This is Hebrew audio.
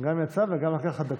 גם יצא וגם נתן לך דקות.